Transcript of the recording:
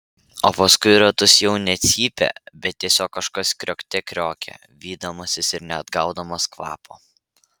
o paskui ratus jau ne cypė bet tiesiog kažkas kriokte kriokė vydamasis ir neatgaudamas kvapo